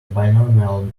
binomial